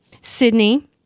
Sydney